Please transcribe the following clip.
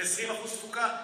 ב-20% תפוקה.